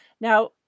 Now